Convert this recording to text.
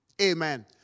Amen